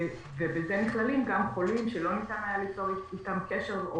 בזה נכללים גם חולים שלא ניתן היה ליצור אתם קשר או